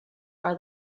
are